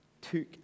took